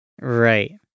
Right